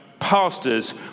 pastors